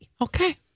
Okay